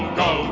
go